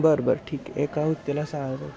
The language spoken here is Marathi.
बरं बरं ठीक आहे एका उत्तेला सांगा